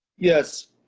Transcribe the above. yes,